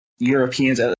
Europeans